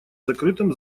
закрытом